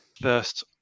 First